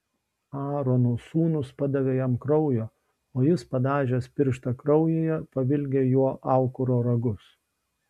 aarono sūnūs padavė jam kraujo o jis padažęs pirštą kraujyje pavilgė juo aukuro ragus